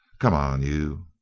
come on you